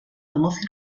armas